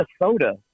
Minnesota